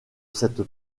cette